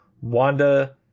Wanda